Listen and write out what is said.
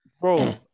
Bro